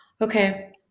Okay